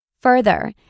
Further